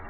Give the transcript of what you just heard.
3